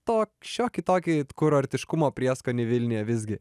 to šiokį tokį kurortiškumo prieskonį vilniuje visgi